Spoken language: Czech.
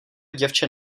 děvče